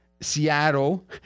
Seattle